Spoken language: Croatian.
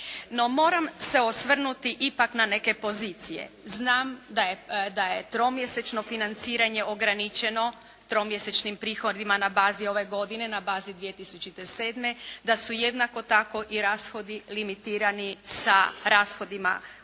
moram se osvrnuti ipak na neke pozicije. Znam da je tromjesečno financiranje ograničeno tromjesečnim prihodima na bazi ove godine, na bazi 2007., da su jednako tako i rashodi limitirani sa rashodima u tom